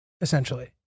essentially